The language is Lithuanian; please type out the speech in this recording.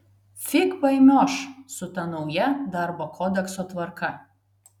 fig paimioš su ta nauja darbo kodekso tvarka